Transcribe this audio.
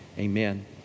Amen